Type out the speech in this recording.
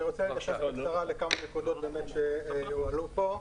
אני רוצה להתייחס לכמה נקודות שהועלו כאן.